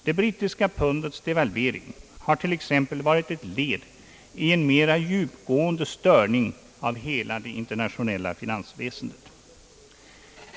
Det brittiska pundets devalvering har t.ex. varit ett led i en mera djupgående störning av hela det internationella finansväsendet.